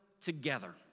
together